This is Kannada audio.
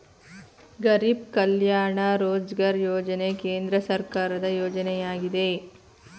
ಗರಿಬ್ ಕಲ್ಯಾಣ ರೋಜ್ಗಾರ್ ಯೋಜನೆ ಕೇಂದ್ರ ಸರ್ಕಾರದ ಯೋಜನೆಯಾಗಿದೆ